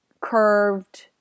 curved